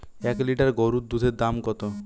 এক লিটার গোরুর দুধের দাম কত?